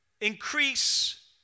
increase